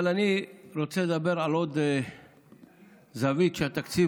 אבל אני רוצה לדבר על עוד זווית שהתקציב